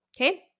okay